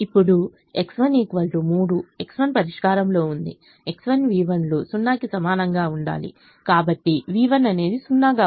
ఇప్పుడు X1 3 X1 పరిష్కారంలో ఉంది X1v1 లు 0 కి సమానంగా ఉండాలి కాబట్టి v1 అనేది 0 గా ఉండాలి